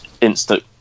instant